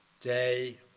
day